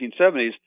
1970s